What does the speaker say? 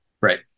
Right